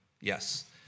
Yes